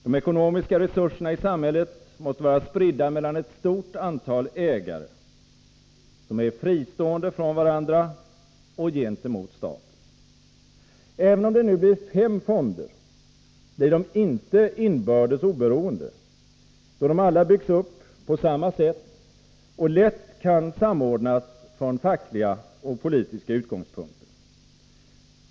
De ekonomiska resurserna i samhället måste vara spridda mellan ett stort antal ägare, som är fristående från varandra och gentemot staten. Även om det nu blir fem fonder, blir de inte inbördes oberoende, då de alla byggs upp på samma sätt och lätt kan samordnas från fackliga och politiska utgångspunkter.